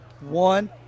one